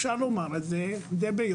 אפשר לומר את זה וביושר,